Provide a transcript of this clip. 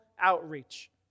outreach